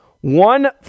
one